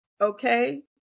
okay